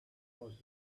was